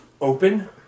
open